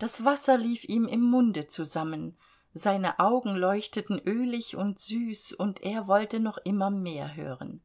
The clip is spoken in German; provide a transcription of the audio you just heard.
das wasser lief ihm im munde zusammen seine augen leuchteten ölig und süß und er wollte noch immer mehr hören